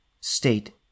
state